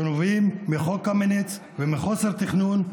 שנובעים מחוק קמיניץ ומחוסר תכנון.